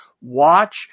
watch